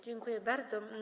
Dziękuję bardzo.